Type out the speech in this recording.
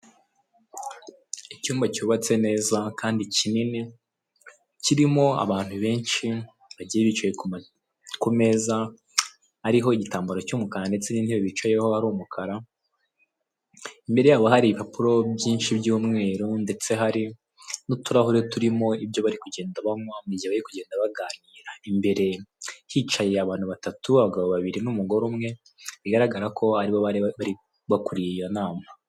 Icyumba cyubatse neza kandi kinini kirimo abantu benshi bagiye bicaye ku meza ariho igitambaro cy'umukara ndetse n'intebe bicayeho ari umukara, imbere yaho hari ibipapuro byinshi by'umweru ndetse hari n'uturahure turimo ibyo bari kugenda banywa mu gihe bari kugenda baganira. Imbere hicaye abantu batatu n'umugore umwe bigaraghara ko aribo bari bakuriye iyo nama.